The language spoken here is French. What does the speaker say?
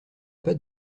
pas